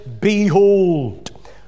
behold